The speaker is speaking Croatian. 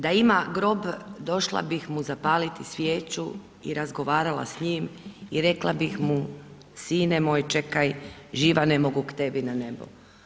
Da ima grob došla bih mu zapaliti svijeću i razgovarala s njim i rekla bih mu sine moj, čekaj, živa ne mogu k tebi na nebo.